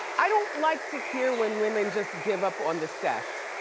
i don't like to hear when women just give up on the sex.